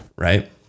right